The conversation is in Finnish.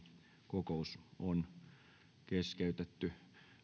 kokous on keskeytetty